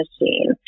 machine